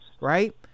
right